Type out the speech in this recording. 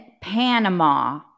Panama